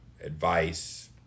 advice